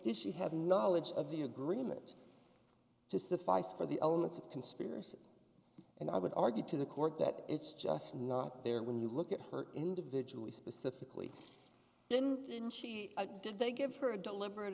deceit have knowledge of the agreement to suffice for the elements of the conspiracy and i would argue to the court that it's just not there when you look at her individually specifically didn't she did they give her a deliber